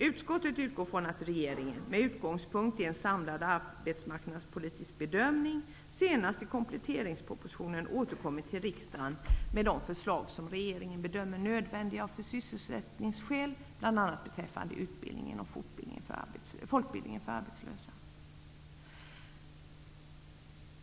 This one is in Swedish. ''Utskottet utgår från att regeringen -- med utgångspunkt i en samlad arbetsmarknadspolitisk bedömning -- senast i kompletteringspropositionen återkommer till riksdagen med de förslag som regeringen bedömer nödvändiga av sysselsättningsskäl bl.a. beträffande utbildning inom folkbildningen för arbetslösa.''